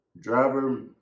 Driver